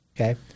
okay